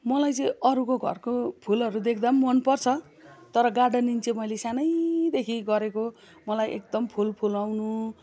मलाई चाहिँ अरूको घरको फुलहरू देख्दा पनि मनपर्छ तर गार्डनिङ चाहिँ मैले सानैदेखि गरेको मलाई एकदम फुल फुलाउनु